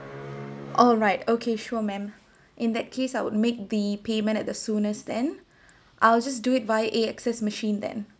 alright okay sure ma'am in that case I would make the payment at the soonest then I'll just do it via A_X_S machine then